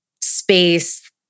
space